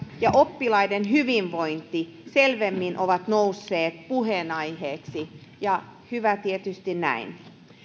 ja oppilaiden hyvinvointi selvemmin ovat nousseet puheenaiheiksi ja hyvä tietysti näin